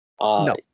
No